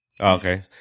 Okay